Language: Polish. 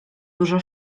dużo